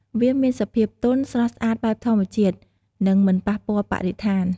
វាមានសភាពទន់ ស្រស់ស្អាតបែបធម្មជាតិ និងមិនប៉ះពាល់បរិស្ថាន។